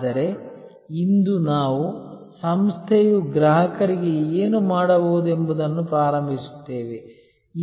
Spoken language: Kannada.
ಆದರೆ ಇಂದು ನಾವು ಸಂಸ್ಥೆಯು ಗ್ರಾಹಕರಿಗೆ ಏನು ಮಾಡಬಹುದೆಂಬುದನ್ನು ಪ್ರಾರಂಭಿಸುತ್ತೇವೆ